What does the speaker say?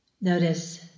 Notice